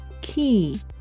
Key